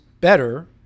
better